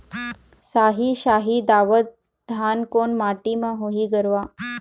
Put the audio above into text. साही शाही दावत धान कोन माटी म होही गरवा?